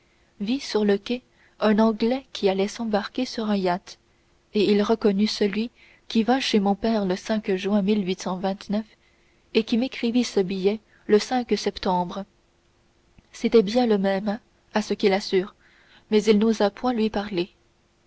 vit sur le quai un anglais qui allait s'embarquer sur un yacht et il reconnut celui qui vint chez mon père le juin et qui m'écrivit ce billet le septembre c'était bien le même à ce qu'il assure mais il n'osa point lui parler